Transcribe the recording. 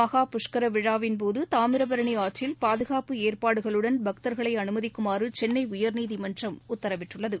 மகா புஷ்கரவிழாவின் போதுதாமிரபரணிஆற்றில் பாகுகாப்பு ஏற்பாடுகளுடன் பக்தர்களைஅனுமதிக்குமாறுசென்னைஉயர்நீதிமன்றம் உத்தரவிட்டுள்ளது